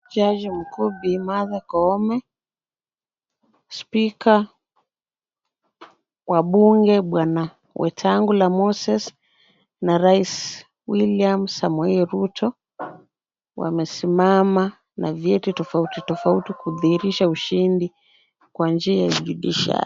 Jaji mkuu Bi Martha Koome, spika wa bunge bwana Wetangula Moses na rais William Samoei Ruto, wamesimama na vyeti tofauti tofauti kudhihirisha ushindi kwa njia ya judiciary .